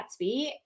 Gatsby